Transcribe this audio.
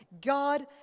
God